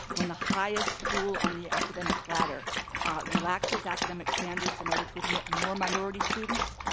when the highest school on the academic ladder relaxes academic standards in order to admit more minority students,